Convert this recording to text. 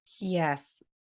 Yes